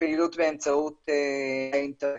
פעילות באמצעות האינטרנט.